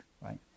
right